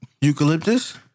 Eucalyptus